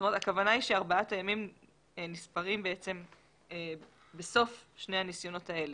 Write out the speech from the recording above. הכוונה היא שארבעת הימים נספרים בסוף שני הניסיונות האלה.